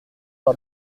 par